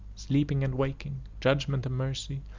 sleeping and waking, judgment and mercy,